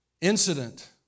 incident